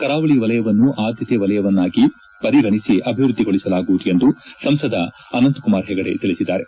ಕರಾವಳಿ ವಲಯವನ್ನು ಆದ್ದತೆ ವಲಯವನ್ನಾಗಿ ಪರಿಗಣಿಸಿ ಅಭಿವೃದ್ಧಿಗೊಳಿಸಲಾಗವುದು ಎಂದು ಸಂಸದ ಅನಂತಕುಮಾರ್ ಹೆಗಡೆ ತಿಳಿಸಿದ್ದಾರೆ